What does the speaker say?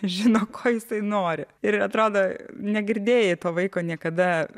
žino ko jisai tai nori ir atrodo negirdėjai to vaiko niekada